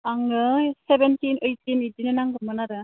आंनो seventeen eighteen इदिनि नांगोमोन आरो